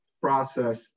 process